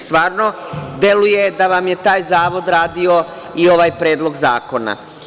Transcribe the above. Stvarno deluje da vam je taj zavod radio i ovaj Predlog zakona.